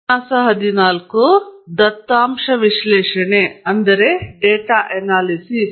ಸಂಶೋಧನೆಗೆ ಪೀಠಿಕೆ ಕೋರ್ಸ್ಗೆ ಸ್ವಾಗತ ನಿರ್ದಿಷ್ಟವಾಗಿ ಡೇಟಾ ಅನಾಲಿಸಿಸ್